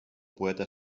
poeta